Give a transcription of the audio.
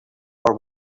are